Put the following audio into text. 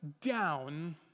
down